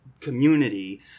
community